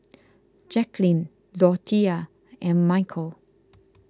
Jacklyn Dorthea and Michel